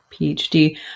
PhD